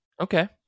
okay